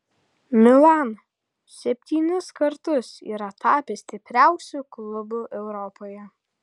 milan septynis kartus yra tapęs stipriausiu klubu europoje